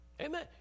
Amen